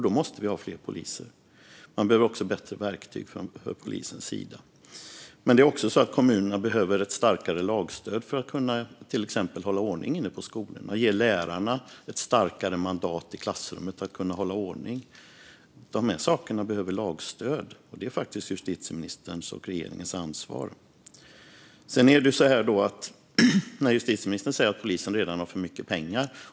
Det andra är att kommunerna behöver ett starkare lagstöd för att till exempel kunna hålla ordning inne på skolorna. Man behöver ge lärarna ett starkare mandat att hålla ordning i klassrummet. De här sakerna behöver lagstöd, och detta är faktiskt justitieministerns och regeringens ansvar. Justitieministern säger att polisen redan har för mycket pengar.